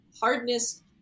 hardness